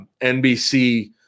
NBC